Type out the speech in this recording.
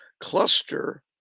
cluster